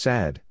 Sad